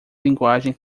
linguagem